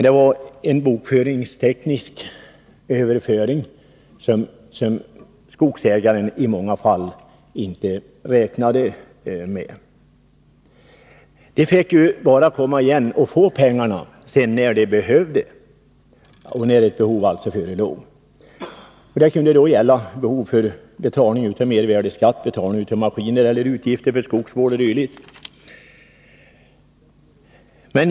Det var en bokföringsteknisk överföring som skogsägaren i många fall inte räknade med. Skogsägarna kunde emellertid få pengarna, när det förelåg ett behov. Det kunde gälla inbetalning av mervärdeskatt, betalning av maskiner eller utgifter för skogsvård o. d.